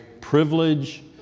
privilege